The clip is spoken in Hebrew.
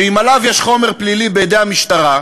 שאם עליו יש חומר פלילי בידי המשטרה,